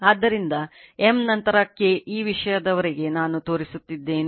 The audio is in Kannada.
ಆದ್ದರಿಂದ M ನಂತರ K ಈ ವಿಷಯದವರೆಗೆ ನಾನು ತೋರಿಸುತ್ತಿದ್ದೇನೆ